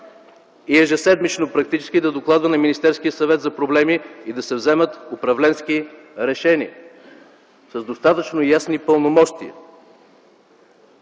и ежеседмично да докладва на Министерския съвет за проблеми и да се вземат управленски решения с достатъчно ясни пълномощия.